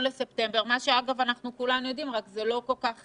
בספטמבר מה שאגב כולנו יודעים אלא שזה לא כל כך